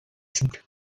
seat